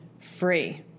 free